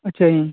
ਅੱਛਾ ਜੀ